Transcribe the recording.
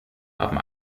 haben